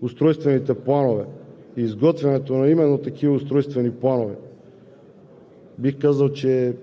устройствените планове, изготвянето именно на такива устройствени планове, бих казал, че